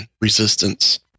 resistance